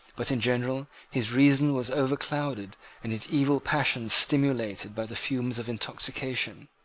but in general his reason was overclouded and his evil passions stimulated by the fumes of intoxication.